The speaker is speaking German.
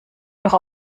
noch